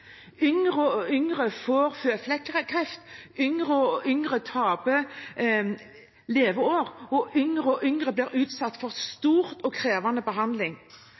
Yngre og yngre mennesker får føflekkreft, yngre og yngre mennesker taper leveår, og yngre og yngre mennesker blir utsatt for stor og krevende behandling.